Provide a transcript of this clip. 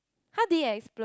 how did it explode